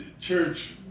church